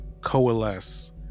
coalesce